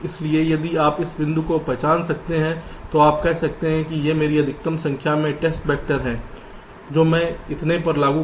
इसलिए यदि आप इस बिंदु को पहचान सकते हैं तो आप कह सकते हैं कि यह मेरी अधिकतम संख्या में टेस्ट वैक्टर हैं जो मैं इतने पर लागू करूंगा